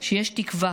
שיש תקווה